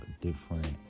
different